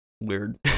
weird